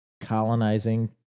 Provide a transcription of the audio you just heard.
colonizing